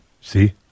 See